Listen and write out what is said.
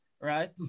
right